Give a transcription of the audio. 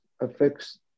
affects